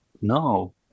No